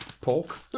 pork